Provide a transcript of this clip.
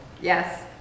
Yes